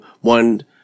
one